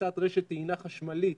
לפריסת רשת טעינה חשמלית,